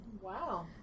Wow